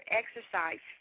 exercise